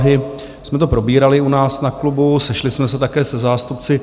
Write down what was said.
My jsme to probírali u nás na klubu, sešli jsme se také se zástupci Česmadu.